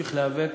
נמשיך להיאבק